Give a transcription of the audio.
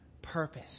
Purpose